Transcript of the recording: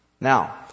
Now